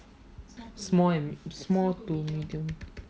small and small to medium